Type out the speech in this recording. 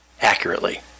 accurately